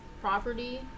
property